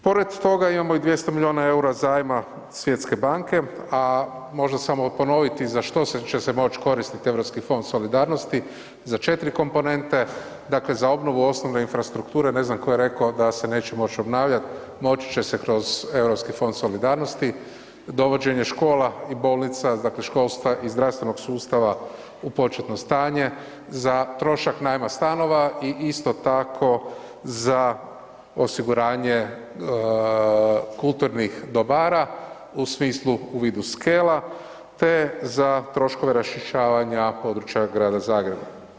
Pored toga imamo i 200 milijuna EUR-a zajma Svjetske banke, a možda samo ponoviti za što će se moć koristit Europski fond solidarnosti, za 4 komponente, dakle za obnovu osnovne infrastrukture, ne znam ko je reko da se neće moć obnavljat, moći će se kroz Europski fond solidarnosti, dovođenje škola i bolnica, dakle školstva i zdravstvenog sustava u početno stanje, za trošak najma stanova i isto tako za osiguranje kulturnih dobara u smislu u vidu skela, te za troškove raščišćavanja područja Grada Zagreba.